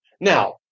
Now